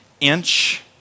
inch